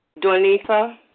Donita